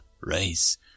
race